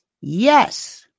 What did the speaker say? Yes